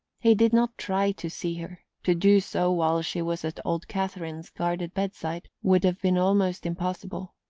he did not try to see her to do so while she was at old catherine's guarded bedside would have been almost impossible.